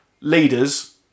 leaders